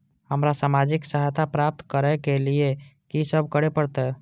हमरा सामाजिक सहायता प्राप्त करय के लिए की सब करे परतै?